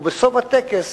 ובסוף הטקס,